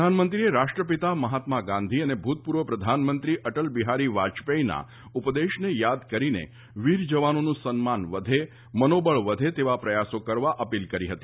પ્રધાનમંત્રીએ રાષ્ટ્રપિતા મહાત્મા ગાંધી અને ભુતપુર્વ પ્રધાનમંત્રી અટલ બિહારી વાજપેથીના ઉપદેશને યાદ કરીને વીર જવાનોનું સન્માન વધે મનોબળ વધે તેવા પ્રયાસો કરવા અપીલ કરી હતી